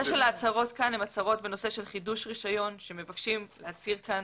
ההצהרות כאן הן הצהרות בנושא של חידוש רישיון כאשר מבקשים להצהיר כאן